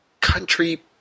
country